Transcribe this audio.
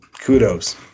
kudos